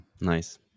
Nice